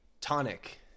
tonic